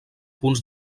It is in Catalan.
punts